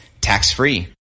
tax-free